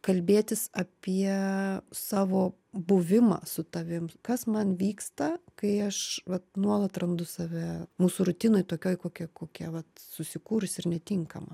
kalbėtis apie savo buvimą su tavim kas man vyksta kai aš vat nuolat randu save mūsų rutinoj tokioj kokia kokia vat susikūrusi ir netinkama